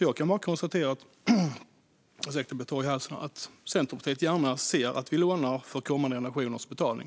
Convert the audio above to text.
Jag kan bara konstatera att Centerpartiet gärna ser att vi lånar för kommande generationers betalning.